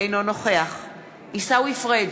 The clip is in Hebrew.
אינו נוכח עיסאווי פריג'